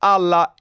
Alla